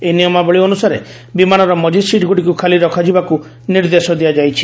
ଏହି ନିୟମାବଳୀ ଅନୁସାରେ ବିମାନର ମଝି ସିଟ୍ଗୁଡ଼ିକୁ ଖାଲି ରଖାଯିବାକୁ ନିର୍ଦ୍ଦେଶ ଦିଆଯାଇଛି